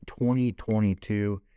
2022